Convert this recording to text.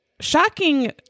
shocking